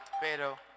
Pero